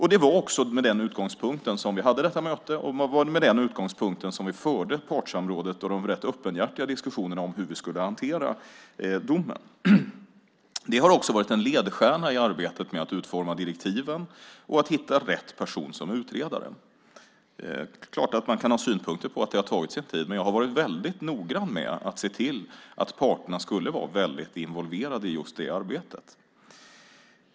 Det var också med den utgångspunkten som vi hade detta möte, och det var med den utgångspunkten som vi förde partssamrådet och de rätt öppenhjärtiga diskussionerna om hur vi skulle hantera domen. Det har också varit en ledstjärna i arbetet med att utforma direktiven och att hitta rätt person som utredare. Det är klart att man kan ha synpunkter på att det har tagit sin tid. Men jag har varit väldigt noggrann med att se till att parterna skulle vara väldigt involverade i just detta arbete.